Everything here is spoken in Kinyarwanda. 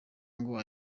ngo